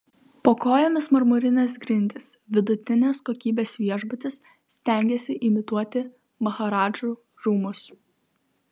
po kojomis marmurinės grindys vidutinės kokybės viešbutis stengiasi imituoti maharadžų rūmus